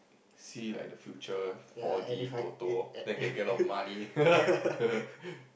see like the future four-D Toto then can get a lot of money